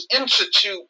Institute